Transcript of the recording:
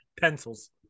Pencils